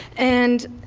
and